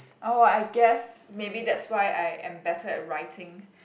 oh I guess maybe that's why I am better at writing